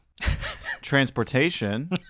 transportation